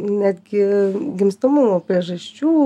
netgi gimstamumo priežasčių